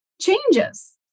changes